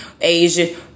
Asian